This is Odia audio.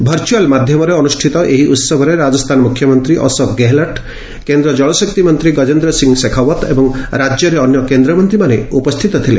ଭର୍ଚୁଆଲ୍ ମାଧ୍ୟମରେ ଅନୁଷ୍ଠିତ ଏହି ଉହବରେ ରାଜସ୍ଥାନ ମୁଖ୍ୟମନ୍ତ୍ରୀ ଅଶୋକ ଗେହେଲଟ କେନ୍ଦ୍ର ଜଳଶକ୍ତି ମନ୍ତ୍ରୀ ଗଜେନ୍ଦ୍ର ସିଂହ ଶେଖାଓୃତ୍ ଏବଂ ରାଜ୍ୟର ଅନ୍ୟ କେନ୍ଦ୍ରମନ୍ତ୍ରୀମାନେ ଉପସ୍ଥିତ ଥିଲେ